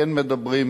כן מדברים,